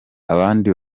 abandi